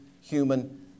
human